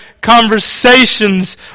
conversations